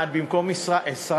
מה, את במקום שרת